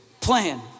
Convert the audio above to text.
plan